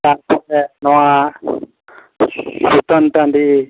ᱛᱟᱨ ᱯᱚᱨᱮ ᱱᱚᱣᱟ ᱥᱩᱛᱟᱹᱱ ᱴᱟᱺᱰᱤ